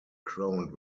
crowned